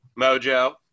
Mojo